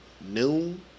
Noon